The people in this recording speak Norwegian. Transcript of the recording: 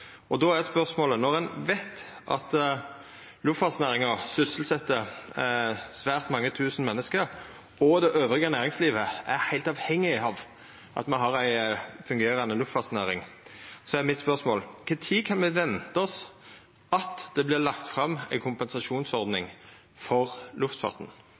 Når ein veit at luftfartsnæringa sysselset svært mange tusen menneske, og at næringslivet elles er heilt avhengig av at me har ei fungerande luftfartsnæring, er spørsmålet mitt: Kva tid kan me venta oss at det vert lagt fram ei kompensasjonsordning for luftfarten?